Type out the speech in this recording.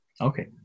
Okay